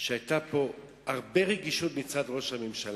שהיתה פה הרבה רגישות מצד ראש הממשלה.